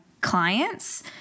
clients